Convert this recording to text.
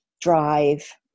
drive